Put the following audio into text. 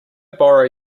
borrow